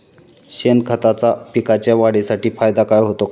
शेणखताचा पिकांच्या वाढीसाठी फायदा होतो का?